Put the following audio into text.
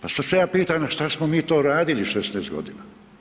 Pa sad se ja pitam što smo mi to radili 16 godina?